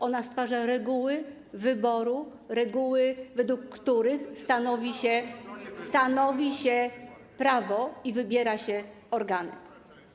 Ona stwarza reguły wyboru, reguły, według których stanowi się prawo i wybiera się organy.